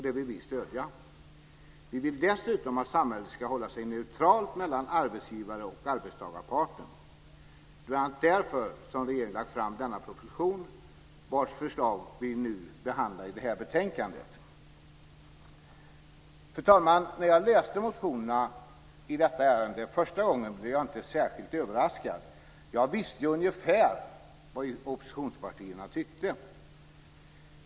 Det vill vi stödja. Vi vill dessutom att samhället ska hålla sig neutralt till arbetgivarparten och arbetstagarparten. Det är bl.a. därför som regeringen lagt fram denna proposition vars förslag vi nu behandlar i detta betänkande. Fru talman! När jag läste motionerna i detta ärende första gången blev jag inte särskilt överraskad. Jag visste ju ungefär vad oppositionspartierna tyckte.